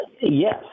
Yes